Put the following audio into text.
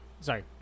sorry